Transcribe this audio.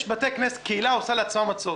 קהילה שמכינה לעצמה מצות.